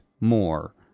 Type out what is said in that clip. more